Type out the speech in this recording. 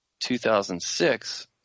2006